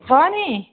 छ नि